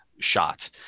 shot